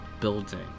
building